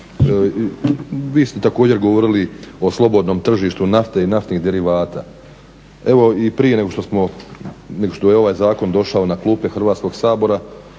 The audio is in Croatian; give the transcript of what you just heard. vi ste također govorili o slobodnom tržištu nafte i naftnih derivata. Evo i prije nego što smo, nego što je ovaj zakon došao na klupe Hrvatskog sabora,